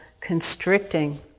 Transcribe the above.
constricting